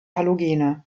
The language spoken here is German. halogene